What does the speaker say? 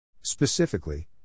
Specifically